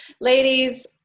ladies